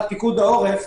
שנמצא תחת פיקוד העורף,